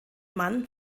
mann